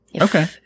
Okay